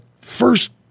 first